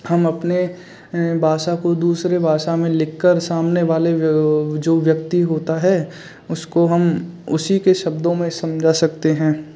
हम अपने भाषा को दूसरी भाषा में लिख कर सामने वाले व्य जो व्यक्ति होता है उसको हम उसी के शब्दों में समझा सकते हैं